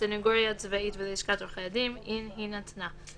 לסניגוריה הצבאית וללשכת עורכי הדין, עם הינתנה.